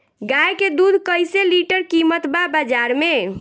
गाय के दूध कइसे लीटर कीमत बा बाज़ार मे?